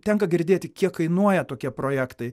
tenka girdėti kiek kainuoja tokie projektai